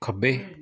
ਖੱਬੇ